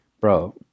bro